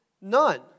none